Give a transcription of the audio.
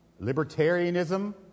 libertarianism